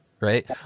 right